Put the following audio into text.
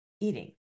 eating